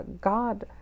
God